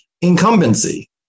incumbency